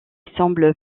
semble